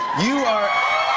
you are